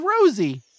Rosie